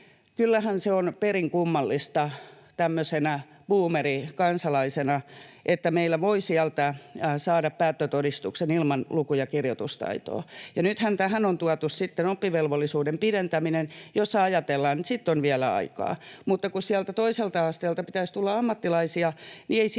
Kyllähän se on perin kummallista tämmöisenä buumeri-kansalaisena, että meillä voi sieltä saada päättötodistuksen ilman luku- ja kirjoitustaitoa. Nythän tähän on tuotu sitten oppivelvollisuuden pidentäminen, jolloin ajatellaan, että sitten on vielä aikaa. Mutta kun sieltä toiselta asteelta pitäisi tulla ammattilaisia, niin ei siellä